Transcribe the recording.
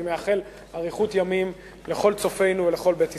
אני מאחל אריכות ימים לכל צופינו ולכל בית ישראל.